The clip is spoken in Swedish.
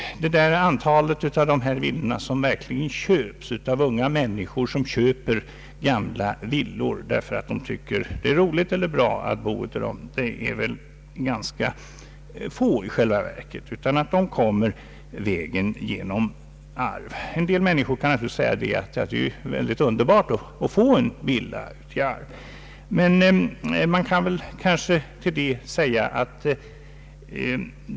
Det antal villor som verkligen köps av unga människor därför att de tycker att det är roligt eller bra att bo i dem är i själva verket ganska litet. En del människor tycker måhända att det är underbart att få en villa genom arv.